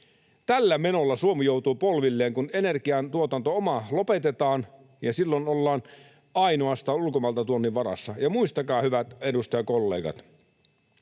Tällä menolla Suomi joutuu polvilleen, kun oma energiantuotanto lopetetaan, ja silloin ollaan ainoastaan ulkomailta tuonnin varassa. Ja muistakaa, hyvät edustajakollegat,